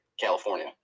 California